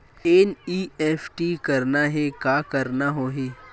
NEFT करना हे का करना होही?